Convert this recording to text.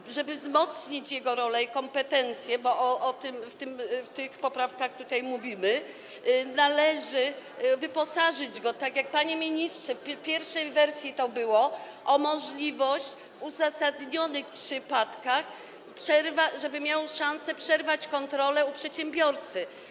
I żeby wzmocnić jego rolę i kompetencje, bo o tym w tych poprawkach mówimy, należy wyposażyć go, tak jak, panie ministrze, w pierwszej wersji to było, w taką możliwość w uzasadnionych przypadkach, żeby miał szansę przerwać kontrolę u przedsiębiorcy.